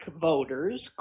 voters